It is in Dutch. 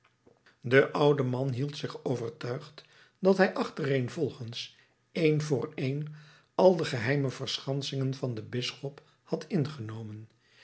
de oude man hield zich overtuigd dat hij achtereenvolgens een voor een al de geheime verschansingen van den bisschop had ingenomen